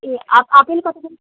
এই আ আপেল কত করে